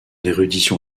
érudition